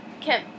Kim